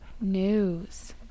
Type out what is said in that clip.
news